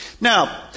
Now